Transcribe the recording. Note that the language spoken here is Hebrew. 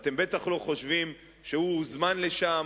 ואתם בטח לא חושבים שהוא הוזמן לשם,